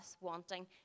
wanting